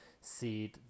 seed